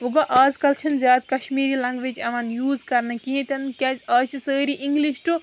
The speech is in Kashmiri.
وٕ گوٚو آز کَل چھِنہٕ زیادٕ کشمری لنٛگویج یِوان یوٗز کَرنہٕ کِہیٖنۍ تِنہٕ کیاز آز چھِ سٲری اِنٛگلِش